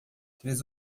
três